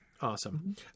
Awesome